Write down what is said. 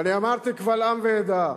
ואני אמרתי קבל עם ועדה,